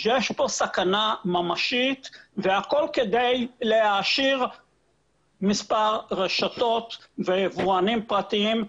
יש פה סכנה ממשית והכול כדי להעשיר מספר רשתות ויבואנים פרטיים.